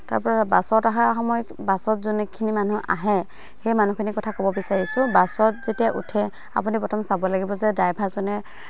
তাৰপৰা বাছত অহাৰ সময়ত বাছত যোনখিনি মানুহ আহে সেই মানুহখিনি কথা ক'ব বিচাৰিছোঁ বাছত যেতিয়া উঠে আপুনি প্ৰথম চাব লাগিব যে ড্ৰাইভাৰজনে